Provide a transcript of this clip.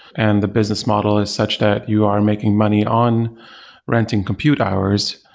and the business model is such that you are making money on renting compute hours,